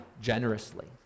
generously